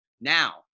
Now